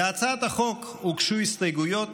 להצעת החוק הוגשו הסתייגויות.